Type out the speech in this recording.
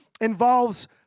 involves